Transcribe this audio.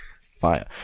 fire